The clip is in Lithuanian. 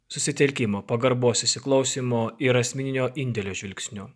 susitelkimo pagarbos įsiklausymo ir asmeninio indėlio žvilgsniu